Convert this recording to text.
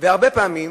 והרבה פעמים,